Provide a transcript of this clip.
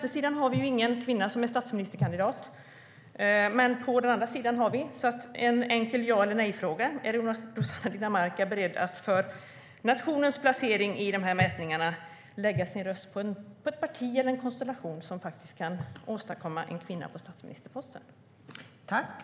På vänstersidan finns det ingen kvinna som är statsministerkandidat, men på den andra sidan har vi det.